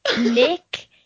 Nick